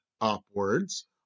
upwards